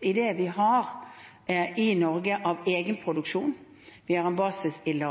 av det vi har i Norge av egenproduksjon. Vi har en basis i